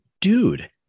Dude